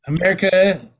America